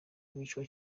bicwa